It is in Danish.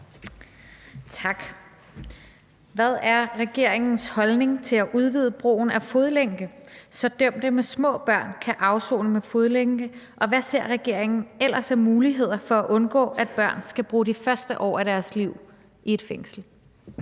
Tak. Hvad er regeringens holdning til at udvide brugen af fodlænke, så dømte med små børn kan afsone med fodlænke, og hvad ser regeringen ellers af muligheder for at undgå, at børn skal bruge de første år af deres liv i et fængsel?